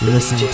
Listen